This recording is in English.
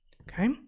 Okay